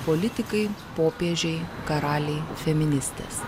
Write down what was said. politikai popiežiai karaliai feministės